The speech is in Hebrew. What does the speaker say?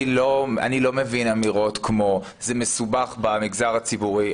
אני לא מבין אמירות כמו: זה מסובך במגזר הציבורי.